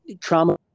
trauma-